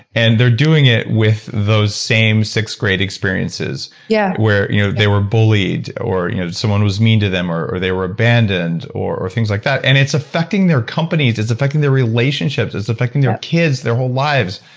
and they're doing it with those same sixth grade experiences yeah where you know they were bullied, or you know someone was mean to them, or or they were abandoned, or or things like that. and it's affecting their companies, it's affecting their relationships, it's affecting their kids, their whole lives,